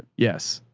yes.